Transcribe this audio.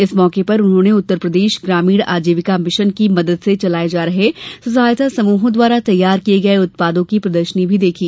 इस मौके पर उन्होंने उत्तर प्रदेश ग्रामीण आजीविका मिशन की मदद से चलाए जा रहे स्व सहायता समूहों द्वारा तैयार किए गए उत्पादों की प्रदर्शनी भी देखी